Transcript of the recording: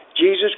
Jesus